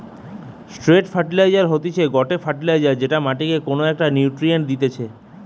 straight fertiliser হতিছে গটে fertiliser যেটা মাটিকে কোনো একটো নিউট্রিয়েন্ট দিতেছে